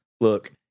look